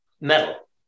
metal